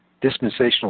dispensational